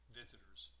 visitors